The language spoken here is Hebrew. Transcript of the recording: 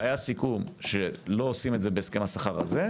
היה סיכום שלא עושים את זה בהסכם השכר הזה,